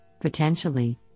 potentially